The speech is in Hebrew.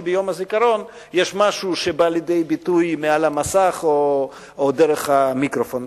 ביום הזיכרון יש משהו שבא לידי ביטוי על המסך או דרך המיקרופון.